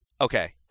Okay